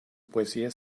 poesía